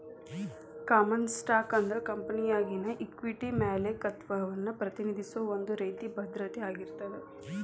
common stock ಅಂದ್ರ ಕಂಪೆನಿಯಾಗಿನ equity ಮಾಲೇಕತ್ವವನ್ನ ಪ್ರತಿನಿಧಿಸೋ ಒಂದ್ ರೇತಿ ಭದ್ರತೆ ಆಗಿರ್ತದ